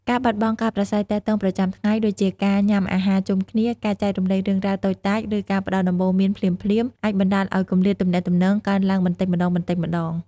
ការបាត់បង់ការប្រាស្រ័យទាក់ទងប្រចាំថ្ងៃដូចជាការញ៉ាំអាហារជុំគ្នា ការចែករំលែករឿងរ៉ាវតូចតាច ឬការផ្ដល់ដំបូន្មានភ្លាមៗ អាចបណ្ដាលឲ្យគម្លាតទំនាក់ទំនងកើនឡើងបន្តិចម្ដងៗ។